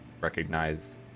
recognize